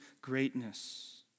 greatness